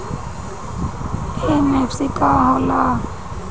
MFC का हो़ला?